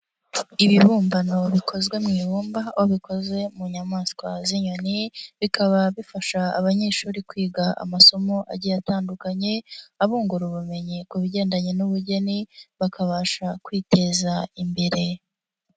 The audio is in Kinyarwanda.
Ibibumbano bikozwe mu ibumba, aho ubikoze mu nyamaswa z'inyoni, bikaba bifasha abanyeshuri kwiga amasomo agiye atandukanye, abungura ubumenyi ku bigendanye n'ubugeni, bakabasha kwiteza imbere.